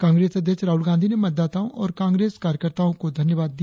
कांग्रेस अध्यक्ष राहुल गांधी ने मतदाताओ और कांग्रेस कार्यकर्ताओ का धन्यवाद किया